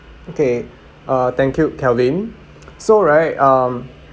okay uh thank you calvin so right um